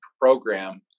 program